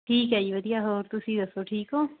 ਠੀਕ ਹੈ ਜੀ ਵਧੀਆ ਹੋਰ ਤੁਸੀਂ ਦੱਸੋ ਠੀਕ ਹੋ